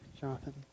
Jonathan